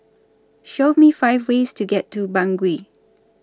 Show Me five ways to get to Bangui